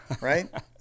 Right